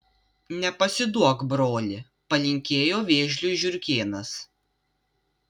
nepasiduok broli palinkėjo vėžliui žiurkėnas